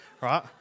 Right